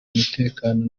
umutekano